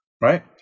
right